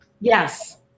yes